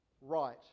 right